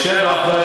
על כל פנים,